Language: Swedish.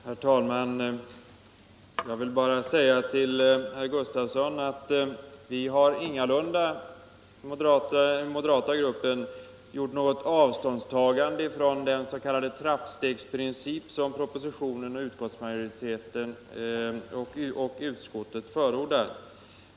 Herr talman! Vi har ingalunda, herr Gustavsson i Nässjö, inom den moderata gruppen tagit avstånd från den s.k. trappstegsprincip som propositionen och utskottet förordar.